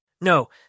No